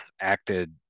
acted